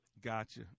Gotcha